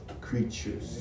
creatures